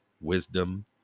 wisdom